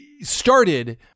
started